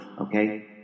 okay